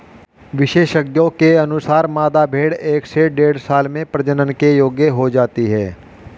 विशेषज्ञों के अनुसार, मादा भेंड़ एक से डेढ़ साल में प्रजनन के योग्य हो जाती है